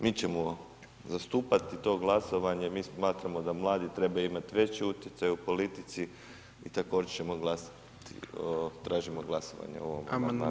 Mi ćemo zastupati to glasovanje, mi smatramo da mladi trebaju imati veći utjecaj u politici i također ćemo glasati, tražimo glasovanje o ovom amandmanu.